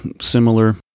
similar